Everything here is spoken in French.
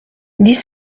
dix